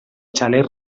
xalet